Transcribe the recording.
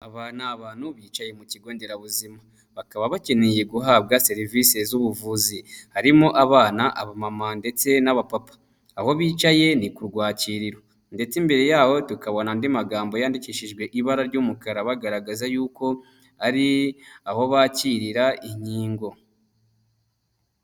Aba ni abantu bicaye mu kigo nderabuzima bakaba bakeneye guhabwa serivisi z'ubuvuzi harimo abana, abamama ndetse n'abapapa aho bicaye ni kurwakirariro ndetse imbere yabo tukabona andi magambo yandikishijwe ibara ry'umukara bagaragaza y'uko ari aho bakirira inkingo.